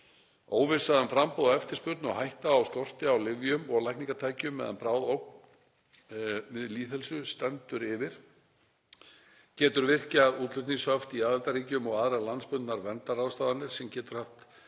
Óvissa um framboð og eftirspurn og hætta á skorti á lyfjum og lækningatækjum meðan bráð ógn við lýðheilsu stendur yfir getur virkjað útflutningshöft í aðildarríkjum og aðrar landsbundnar verndarráðstafanir sem getur aftur